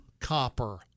copper